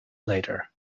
later